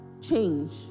change